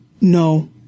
No